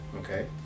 okay